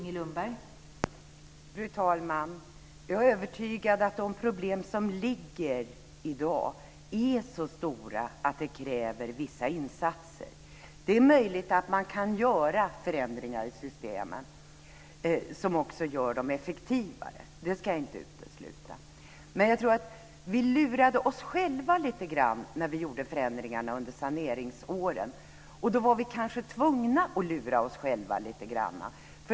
Fru talman! Jag är övertygad om att de problem som finns i dag är så stora att det kräver vissa insatser. Det är möjligt att man kan göra förändringar i systemen som också gör dem effektivare. Det ska jag inte utesluta. Men vi lurade oss själva lite grann när vi gjorde förändringarna under saneringsåren. Då var vi kanske tvungna att lura oss själva lite grann.